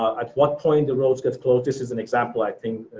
at what point the roads gets closed. this is an example i think,